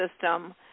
system